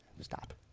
Stop